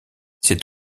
c’est